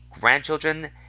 grandchildren